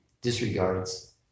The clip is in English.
disregards